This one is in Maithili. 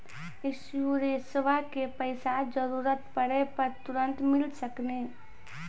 इंश्योरेंसबा के पैसा जरूरत पड़े पे तुरंत मिल सकनी?